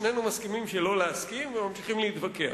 שנינו מסכימים שלא להסכים וממשיכים להתווכח.